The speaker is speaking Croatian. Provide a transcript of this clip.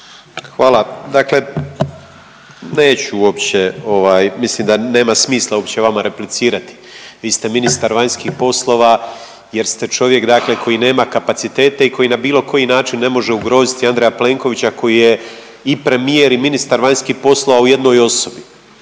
Hvala. Dakle, neću uopće ovaj, mislim da nema smisla uopće vama replicirati, vi ste ministar vanjskih poslova jer ste čovjek koji dakle nema kapacitete i koji na bilo koji način ne može ugroziti Andreja Plenkovića koji je i premijer i ministar vanjskih poslova u jednoj osobi.